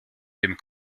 dem